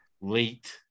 late